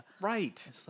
Right